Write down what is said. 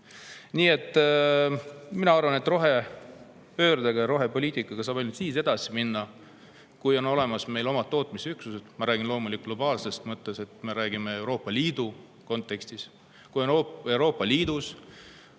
andeks. Mina arvan, et rohepöördega ja rohepoliitikaga saab ainult siis edasi minna, kui meil on olemas oma tootmisüksused. Ma räägin loomulikult globaalses mõttes, me räägime Euroopa Liidu kontekstis. Kui on Euroopa Liidus